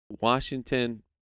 Washington